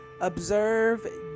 Observe